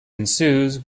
ensues